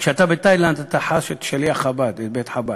כשאתה בתאילנד, אתה חש את שליח חב"ד, את בית-חב"ד.